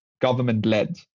government-led